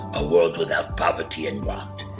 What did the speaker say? a world without poverty and want.